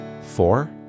four